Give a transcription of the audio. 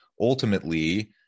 Ultimately